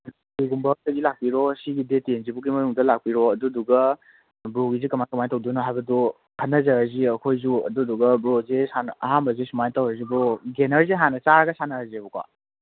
ꯂꯥꯛꯄꯤꯔꯣ ꯁꯤꯒꯤ ꯗꯦꯠ ꯇꯦꯟꯁꯤ ꯐꯥꯎꯕꯒꯤ ꯃꯅꯨꯡꯗ ꯂꯥꯛꯄꯤꯔꯣ ꯑꯗꯨꯗꯨꯒ ꯕ꯭ꯔꯣꯒꯤꯁꯦ ꯀꯃꯥꯏ ꯀꯃꯥꯏꯅ ꯇꯧꯒꯗꯣꯏꯅꯣ ꯍꯥꯏꯕꯗꯣ ꯈꯟꯅꯔꯁꯤ ꯑꯩꯈꯣꯏꯁꯨ ꯑꯗꯨꯗꯨꯒ ꯕ꯭ꯔꯣꯁꯦ ꯑꯍꯥꯟꯕꯁꯦ ꯁꯨꯃꯥꯏꯅ ꯇꯧꯔꯁꯤ ꯕ꯭ꯔꯣ ꯒ꯭ꯔꯦꯅꯔꯁꯦ ꯍꯥꯟꯅ ꯆꯥꯔꯒ ꯁꯥꯟꯅꯔꯁꯦꯕꯀꯣ